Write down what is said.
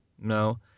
No